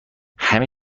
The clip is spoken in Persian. همه